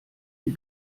die